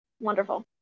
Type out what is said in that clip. Wonderful